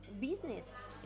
business